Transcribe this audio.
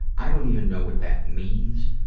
i don't even know what that means,